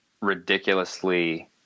ridiculously